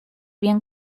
bien